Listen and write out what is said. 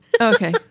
Okay